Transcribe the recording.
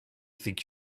think